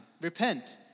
Repent